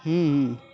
ہوں ہوں